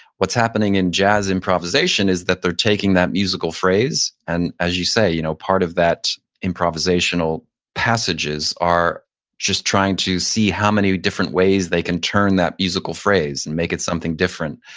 what's happening in jazz improvisation is that they're taking that musical phrase. and as you say, you know part of that improvisational passages are just trying to see how many different ways they can turn that musical phrase and make it something different,